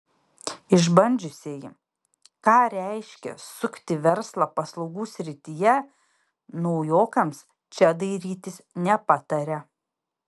išbandžiusieji ką reiškia sukti verslą paslaugų srityje naujokams čia dairytis nepataria